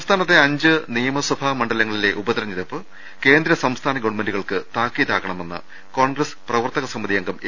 സംസ്ഥാനത്തെ അഞ്ച് നിയമസഭാ മണ്ഡലങ്ങളിലെ ഉപ തെരഞ്ഞെടുപ്പ് കേന്ദ്ര സംസ്ഥാന ഗവൺമെന്റുകൾക്ക് താക്കീതാകണമെന്ന് കോൺഗ്രസ് പ്രവർത്തക സമിതി അംഗം എ